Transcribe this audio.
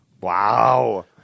Wow